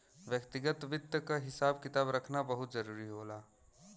व्यक्तिगत वित्त क हिसाब किताब रखना बहुत जरूरी होला